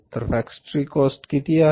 तर factory cost किती आहे